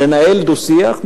לנהל דו-שיח,